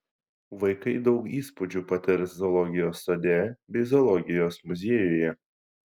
vaikai daug įspūdžių patirs zoologijos sode bei zoologijos muziejuje